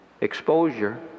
exposure